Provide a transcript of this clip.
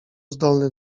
zdolny